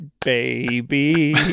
baby